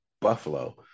Buffalo